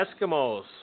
Eskimos